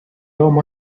roma